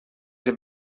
have